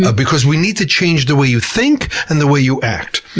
ah because we need to change the way you think and the way you act.